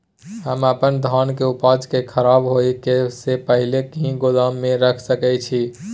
हम अपन धान के उपजा के खराब होय से पहिले ही गोदाम में रख सके छी?